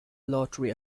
lottery